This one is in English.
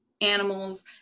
animals